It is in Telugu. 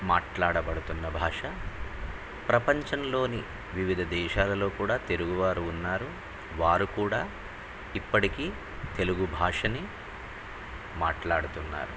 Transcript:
మాట్లాడబడుతున్న భాష ప్రపంచంలోని వివిధ దేశాలలో కూడా తెలుగువారు ఉన్నారు వారు కూడా ఇప్పటికీ తెలుగు భాషని మాట్లాడుతున్నారు